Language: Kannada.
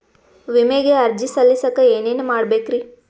ವಿಮೆಗೆ ಅರ್ಜಿ ಸಲ್ಲಿಸಕ ಏನೇನ್ ಮಾಡ್ಬೇಕ್ರಿ?